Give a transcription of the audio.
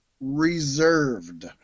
reserved